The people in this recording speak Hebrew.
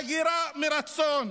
הגירה מרצון.